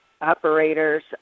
operators